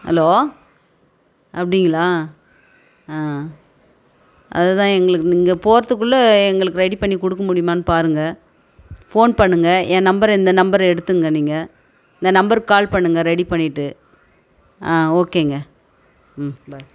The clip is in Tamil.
ஹலோ அப்படிங்களா ஆ அதுதான் எங்களுக்கு நீங்கள் போகிறதுக்குள்ள எங்களுக்கு ரெடி பண்ணிக் கொடுக்க முடியுமான்னு பாருங்கள் ஃபோன் பண்ணுங்கள் என் நம்பரு இந்த நம்பரு எடுத்துங்க நீங்கள் இந்த நம்பருக்கு கால் பண்ணுங்கள் ரெடி பண்ணிட்டு ஆ ஓகேங்க ம் பை